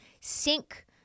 sink